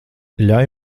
ļauj